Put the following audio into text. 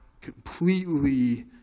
completely